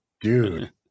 Dude